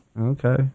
Okay